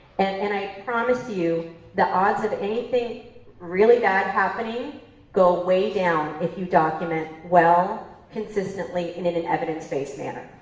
and and i promise you the odds of anything really bad happening go way down if you document well, consistently, and in an evidence-based manner.